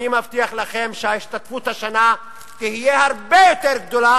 ואני מבטיח לכם שההשתתפות השנה תהיה הרבה יותר גדולה,